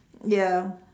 ya